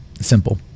simple